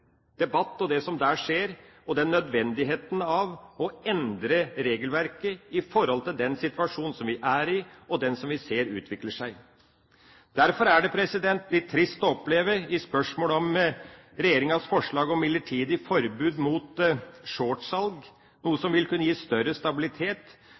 debatt som skjer i den forbindelse om nødvendigheten av å endre regelverket i forhold til den situasjonen vi er i, som vi ser utvikler seg. Derfor er det litt trist å oppleve i forbindelse med regjeringas forslag om midlertidig forbud mot shortsalg – noe